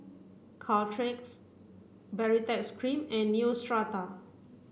Caltrate Baritex cream and Neostrata